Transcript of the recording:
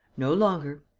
no longer.